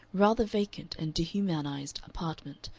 rather vacant, and dehumanized apartment,